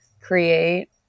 create